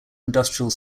industrial